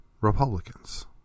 Republicans